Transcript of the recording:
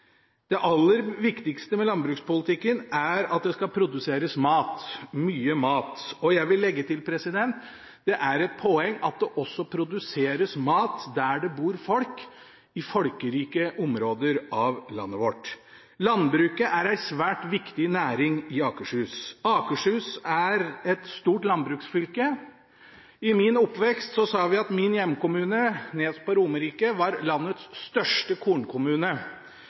Det aller viktigste med landbrukspolitikken er at det skal produseres mat, mye mat – og jeg vil legge til: Det er et poeng at det også produseres mat der det bor folk, i folkerike områder av landet vårt. Landbruket er en svært viktig næring i Akershus. Akershus er et stort landbruksfylke. I min oppvekst sa vi at min hjemkommune, Nes på Romerike, var landets største kornkommune.